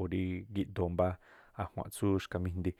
o̱ rí gíꞌdoo mbá a̱jua̱nꞌ tsú xkamíjndi.